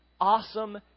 awesome